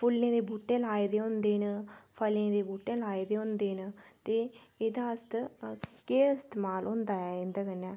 फुल्लें दे बूह्टे लाए दे होंदे न फलें दे बूह्टे लाए दे होंदे न ते एह्दा अस्त केह् इस्तेमाल होंदा ऐ इं'दे कन्नै